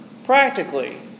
Practically